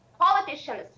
politicians